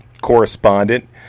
correspondent